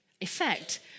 effect